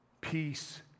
Peace